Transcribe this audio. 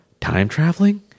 time-traveling